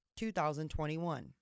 2021